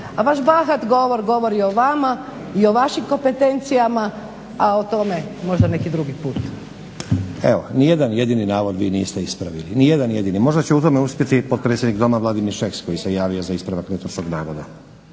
A vaš bahat govor govori o vama i o vašim kompetencijama a o tome možda neki drugi put. **Stazić, Nenad (SDP)** Evo, nijedan jedini navod vi niste ispravili, nijedan jedini. Možda će u tome uspjeti potpredsjednik Doma Vladimir Šeks koji se javio za ispravak netočnog navoda.